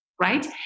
right